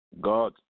God